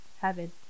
heaven